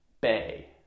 Bay